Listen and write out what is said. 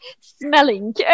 smelling